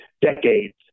decades